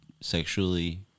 sexually